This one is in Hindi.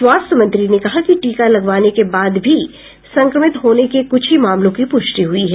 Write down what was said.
स्वास्थ्य मंत्री ने कहा कि टीका लगवाने के बाद भी संक्रमित होने के कुछ ही मामलों की पुष्टि हुई है